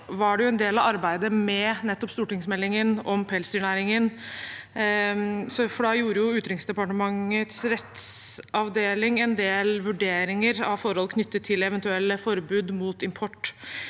var en del av arbeidet med stortingsmeldingen om pelsdyrnæringen, for da gjorde Utenriksdepartementets rettsavdeling en del vurderinger av forhold knyttet til eventuelle forbud mot import